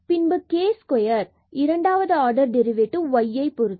பின்பு k square மற்றும் இரண்டாவது ஆர்டர் டெரிவேடிவ் y பொருத்தது